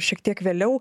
šiek tiek vėliau